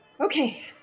Okay